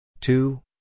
Two